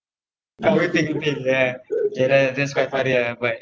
ya K ah that's quite funny ah but